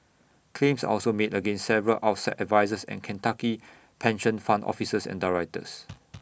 claims are also made against several outside advisers and Kentucky pension fund officers and directors